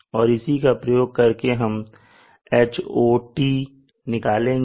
और इसी का प्रयोग करके हम Hot निकालेंगे